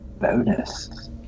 bonus